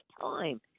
time